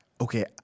Okay